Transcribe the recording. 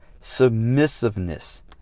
submissiveness